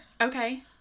Okay